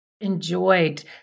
Enjoyed